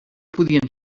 podien